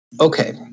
Okay